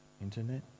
internet